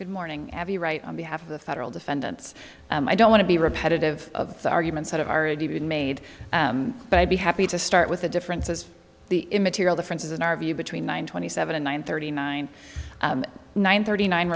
good morning right on behalf of the federal defendants i don't want to be repetitive of the arguments that have already been made but i'd be happy to start with the differences the immaterial differences in our view between nine twenty seven and nine thirty nine nine thirty nine